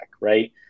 right